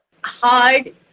hard